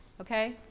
okay